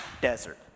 desert